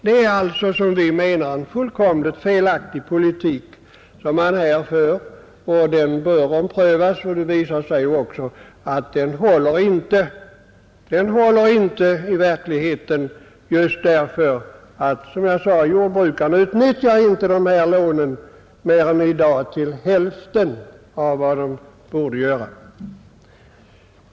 Det är alltså enligt vår mening en fullkomligt felaktig politik man här för, och den bör omprövas. Det visar sig ju också att den inte håller i verkligheten just därför att, som jag sade, jordbrukarna inte utnyttjar dessa lån i dag till mer än hälften av vad de borde göra.